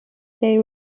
they